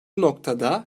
noktada